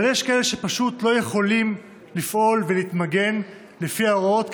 אבל יש כאלה שפשוט לא יכולים לפעול ולהתמגן לפי ההוראות,